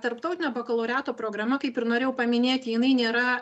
tarptautinio bakalaureato programa kaip ir norėjau paminėti jinai nėra